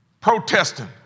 protesting